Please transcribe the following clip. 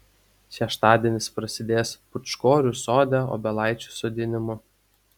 šeštadienis prasidės pūčkorių sode obelaičių sodinimu